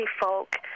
folk